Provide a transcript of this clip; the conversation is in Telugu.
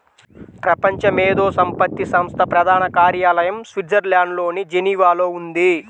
ప్రపంచ మేధో సంపత్తి సంస్థ ప్రధాన కార్యాలయం స్విట్జర్లాండ్లోని జెనీవాలో ఉంది